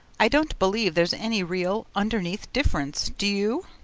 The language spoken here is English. i don't believe there's any real, underneath difference, do you?